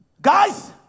guys